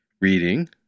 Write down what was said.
reading